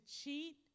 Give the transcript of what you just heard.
cheat